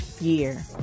year